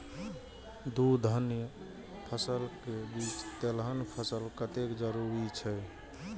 दू धान्य फसल के बीच तेलहन फसल कतेक जरूरी छे?